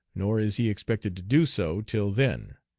nor is he expected to do so till then,